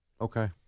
Okay